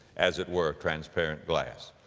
as it were transparent glass.